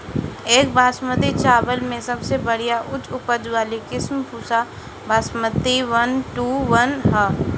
एक बासमती चावल में सबसे बढ़िया उच्च उपज वाली किस्म Pusa Basmati one one two one ह?